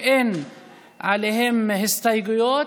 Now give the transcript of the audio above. שאין עליהם הסתייגויות,